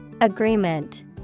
Agreement